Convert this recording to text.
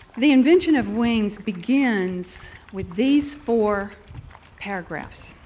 the invention of wings begins with these four paragraphs